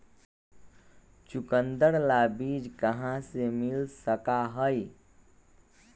चुकंदर ला बीज कहाँ से मिल सका हई?